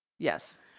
yes